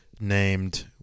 named